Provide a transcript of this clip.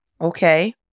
Okay